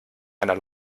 einer